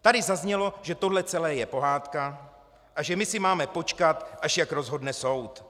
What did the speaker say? Tady zaznělo, že tohle celé je pohádka a že my si máme počkat, až jak rozhodne soud.